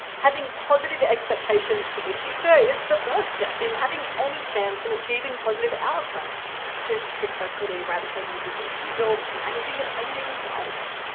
having positive expectations for the future is the first step to having any chance in achieving positive outcomes to successfully eradicating disease or managing a changing climate.